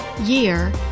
year